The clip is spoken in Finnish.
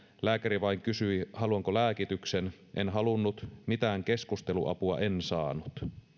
lääkäri vain kysyi haluanko lääkityksen en halunnut mitään keskusteluapua en saanut